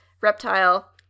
reptile